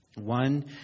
One